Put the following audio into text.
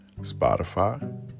Spotify